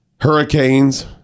hurricanes